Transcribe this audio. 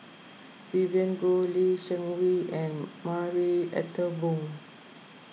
Vivien Goh Lee Seng Wee and Marie Ethel Bong